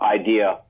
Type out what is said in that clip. idea